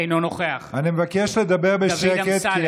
אינו נוכח דוד אמסלם,